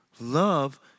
Love